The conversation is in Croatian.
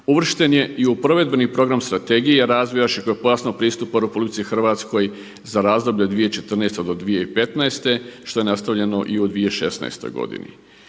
uvršten je i provedbeni program Strategije razvoja širokopojasnog pristupa u RH za razdoblje od 2014. do 2015. što je nastavljeno i u 2016. godini.